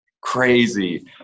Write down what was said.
crazy